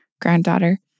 granddaughter